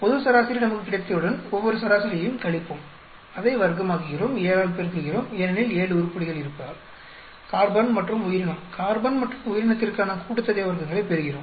பொது சராசரி நமக்குக் கிடைத்தவுடன் ஒவ்வொறு சராசரியையும் கழிப்போம் அதை வர்க்கமாக்குகிறோம் 7 ஆல் பெருக்குகிறோம் ஏனெனில் ஏழு உருப்படிகள் இருப்பதால் கார்பன் மற்றும் உயிரினம் கார்பன் மற்றும் உயிரினத்திற்கான கூட்டுத்தொகை வர்க்கங்களைப் பெறுகிறோம்